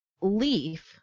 Leaf